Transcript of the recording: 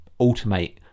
automate